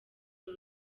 uru